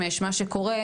מהימן.